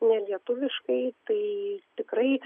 nelietuviškai tai tikrai